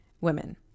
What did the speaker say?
Women